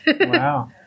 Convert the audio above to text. Wow